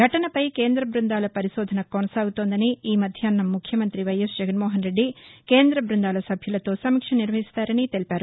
ఘటనపై కేంద్ర బ్బందాల పరిశోధన కానసాగుతోందని ఈ మధ్యాహ్నం ముఖ్యమంతి వైఎస్ జగన్మోహన్రెడ్డి కేంద్ర బ్బందాల సభ్యులతో సమీక్ష నిర్వహిస్తారని తెలిపారు